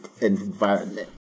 environment